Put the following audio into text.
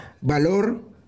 valor